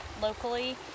locally